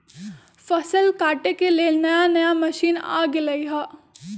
फसल काटे के लेल नया नया मशीन आ गेलई ह